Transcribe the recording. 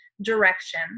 direction